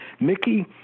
Mickey